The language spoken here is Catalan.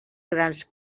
grans